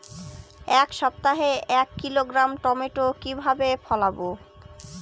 এক সপ্তাহে এক কিলোগ্রাম টমেটো কিভাবে ফলাবো?